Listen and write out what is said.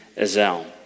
Azel